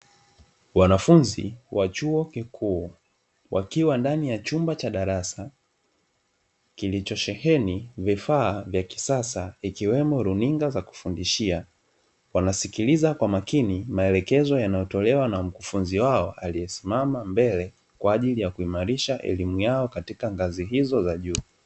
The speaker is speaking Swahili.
Wanafunzi wa chuo kikuu, wakiwa ndani ya chumba cha darasa, kilichosheheni vifaa vya kisasa, ikiwemo runinga za kusikiliizia; waasikiiza kwa makini maelekezo yanayotolewa na mkufunzi wao, aliyesimama mbele kwa ajili ya kuimarisha elimu yao katika ngazi hiyo ya juu.